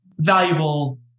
Valuable